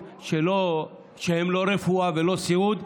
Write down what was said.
בסדר, אמרת שיש לך את החוק.